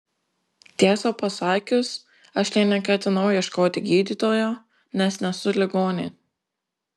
tiesą pasakius aš nė neketinau ieškoti gydytojo nes nesu ligonė